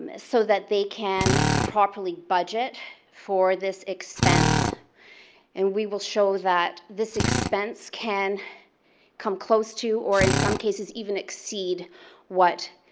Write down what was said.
so that they can properly budget for this expense and we will show that this expense can come close to or in some cases even exceed what